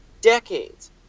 decades